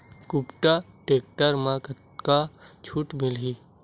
कुबटा टेक्टर म कतका छूट मिलही?